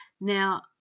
Now